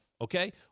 Okay